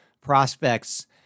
prospects